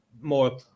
more